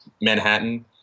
Manhattan